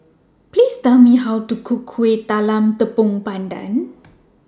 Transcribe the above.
Please Tell Me How to Cook Kueh Talam Tepong Pandan